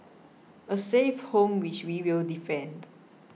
a safe home which we will defend